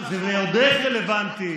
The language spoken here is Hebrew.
זה לא רלוונטי.